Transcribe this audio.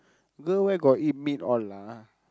girl where got eat meat all lah